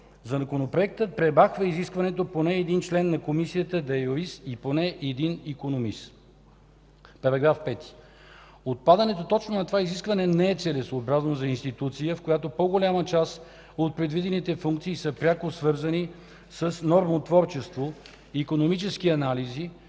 Законопроектът премахва изискването поне един член на Комисията да е юрист и поне един икономист (§ 5). Отпадането точно на това изискване не е целесъобразно за институция, в която по-голяма част от предвидените функции са пряко свързани с нормотворчество, икономически анализи,